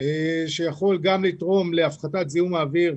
שיכול גם לתרום להפחתת זיהום האוויר,